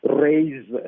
raise